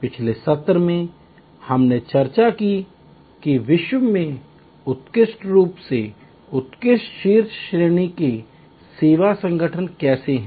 पिछले सत्र में हमने चर्चा की कि विश्व में उत्कृष्ट रूप से उत्कृष्ट शीर्ष श्रेणी के सेवा संगठन कैसे हैं